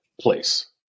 place